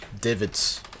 divots